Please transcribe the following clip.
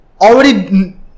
already